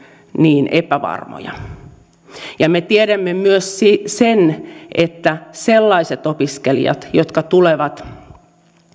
niin epävarmoja me tiedämme myös sen että sellaiset opiskelijat jotka tulevat